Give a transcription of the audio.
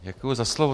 Děkuji za slovo.